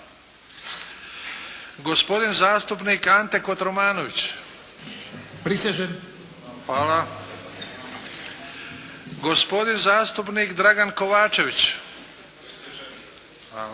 gospodin zastupnik Ante Kotromanović – prisežem, gospodin zastupnik Dragan Kovačević – prisežem,